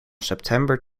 september